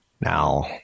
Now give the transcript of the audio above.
Now